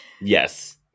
yes